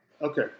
Okay